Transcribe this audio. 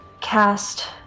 cast